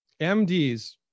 MDs